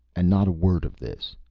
and not a word of this.